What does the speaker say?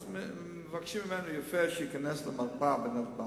אז מבקשים ממנו יפה שייכנס למרפאה בנתב"ג,